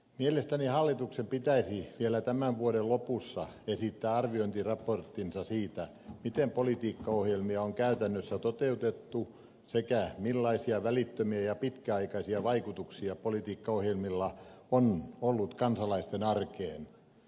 mielestäni hallituksen pitäisi vielä tämän vuoden lopussa esittää arviointiraporttinsa siitä miten politiikkaohjelmia on käytännössä toteutettu sekä millaisia välittömiä ja pitkäaikaisia vaikutuksia politiikkaohjelmilla on ollut kansalaisten arkeen